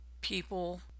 people